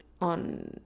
on